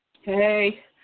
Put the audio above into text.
Hey